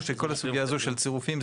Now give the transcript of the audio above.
שכל הסוגייה הזאת של צירופים,